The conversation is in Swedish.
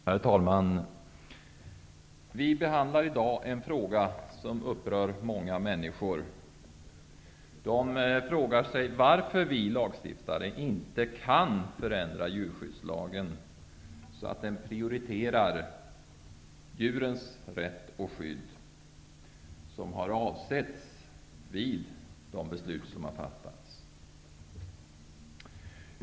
Herr talman! Vi behandlar i dag en fråga som upprör många människor. De frågar sig varför vi lagstiftare inte kan förändra djurskyddslagen så att den prioriterar djurens rätt och skydd som har avsetts vid de beslut som har fattats.